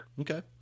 Okay